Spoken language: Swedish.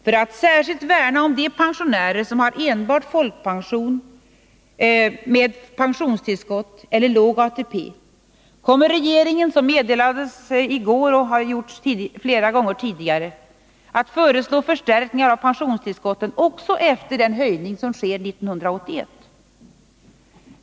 För att särskilt värna om de pensionärer som har enbart folkpension med pensionstillskott eller låg ATP kommer regeringen, som meddelades i går och som gjorts flera gånger tidigare, att föreslå förstärkningar av pensionstillskotten också efter den höjning som sker 1981.